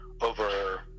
Over